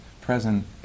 present